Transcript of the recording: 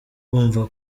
bumva